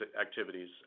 activities